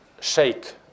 shake